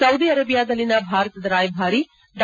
Saudi ಅರೇಬಿಯಾದಲ್ಲಿನ ಭಾರತದ ರಾಯಭಾರಿ ಡಾ